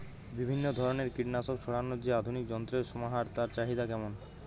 বিভিন্ন ধরনের কীটনাশক ছড়ানোর যে আধুনিক যন্ত্রের সমাহার তার চাহিদা কেমন?